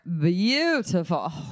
beautiful